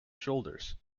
shoulders